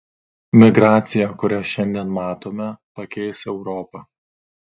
migracija kurią šiandien matome pakeis europą